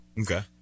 Okay